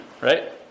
right